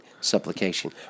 supplication